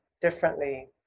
differently